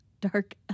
Dark